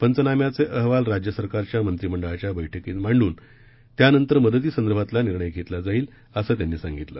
पंचनाम्याचे अहवाल राज्य सरकारच्या मंत्रिमंडळाच्या बैठकीत मांडून त्यानंतर मदतीसंदर्भातला निर्णय घेतला जाईल असं त्यांनी सांगितलं